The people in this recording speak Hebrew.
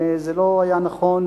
וזה לא היה נכון,